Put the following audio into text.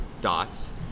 dots